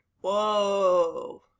Whoa